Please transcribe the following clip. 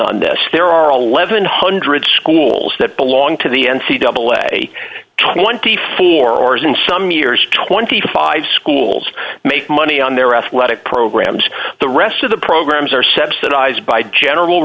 on this there are one thousand one hundred dollars schools that belong to the n c double a twenty four hours in some years twenty five schools make money on their athletic programs the rest of the programs are subsidized by general